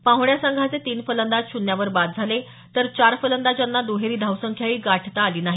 पाहण्या संघाचे तीन फलंदाज शून्यावर बाद झाले तर चार फलंदाजांना द्हेरी धावसंख्याही गाठता आली नाही